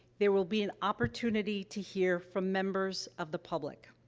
there will be an opportunity to hear from members of the public.